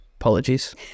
Apologies